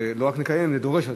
לא רק נקיים, זה דורש הצבעה.